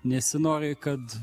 nesinori kad